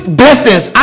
blessings